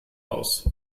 aus